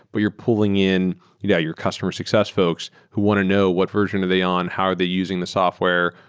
but you're pulling in, you got your customer success folks who want to know what version are they on. how are they using the software?